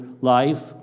life